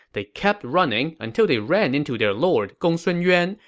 they kept running until they ran into their lord, gongsun yuan,